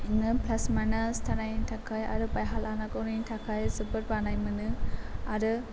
बिदिनो plus minus थानायनि थाखाय आरो बायह्रा लानांगौनि थाखाय जोबोद बानाय मोनो आरो